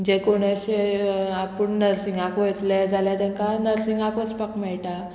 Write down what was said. जे कोण अशे आपूण नर्सिंगाक वयतले जाल्यार तांकां नर्सिंगाक वचपाक मेळटा